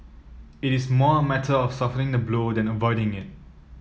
it is more a matter of softening the blow than avoiding it